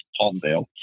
Palmdale